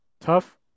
tough